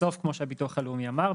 בסוף כמו שהביטוח הלאומי אמר,